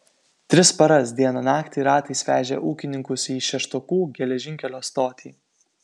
tris paras dieną naktį ratais vežė ūkininkus į šeštokų geležinkelio stotį